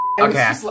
Okay